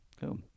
cool